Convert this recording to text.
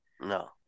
No